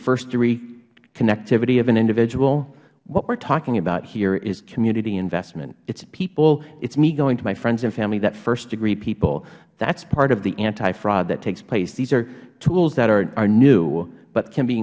firstdegree connectivity of an individual what we're talking about here is community investment it's people it's me going to my friends and family that first degree people that's part of the antifraud that takes place these are tools that are new but can be